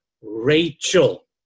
Rachel